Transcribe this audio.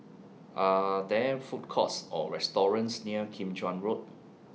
Are There Food Courts Or restaurants near Kim Chuan Road